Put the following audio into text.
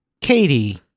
Katie